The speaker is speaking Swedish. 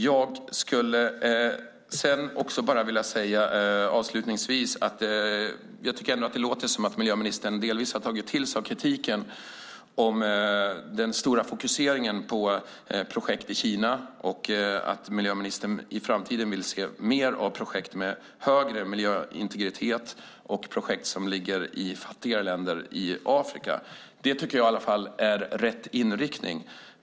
Jag vill avslutningsvis säga att det låter som att miljöministern delvis har tagit åt sig av kritiken om den stora fokuseringen på projekt i Kina och att miljöministern i framtiden vill se mer av projekt med högre miljöintegritet och projekt som ligger i fattigare länder i Afrika. Det är i varje fall rätt inriktning.